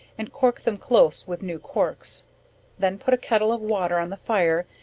and cork them close with new corks then put a kettle of water on the fire,